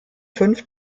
fünf